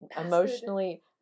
emotionally